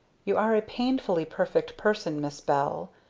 you are a painfully perfect person, miss bell,